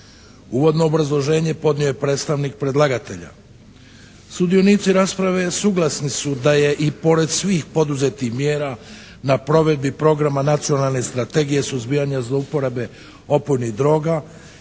Uvodno obrazloženje podnio je predstavnik predlagatelja. Sudionici rasprave suglasni su da je i pored svih poduzetih mjera na provedbi programa nacionalne strategije suzbijanja zlouporabe opojnih droga